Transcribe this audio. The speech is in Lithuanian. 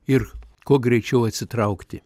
ir kuo greičiau atsitraukti